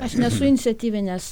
aš nesu iniciatyvinės